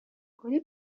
کنی